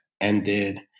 ended